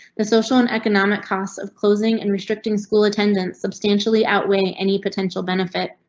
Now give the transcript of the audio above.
the social and economic costs of closing and restricting school attendance substantially outweigh any potential benefit.